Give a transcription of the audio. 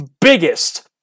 biggest